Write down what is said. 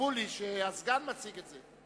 כתבו לי שהסגן מציג את זה.